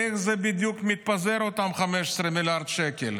איך זה בדיוק מתפזר, אותם 15 מיליארד שקל?